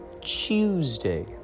Tuesday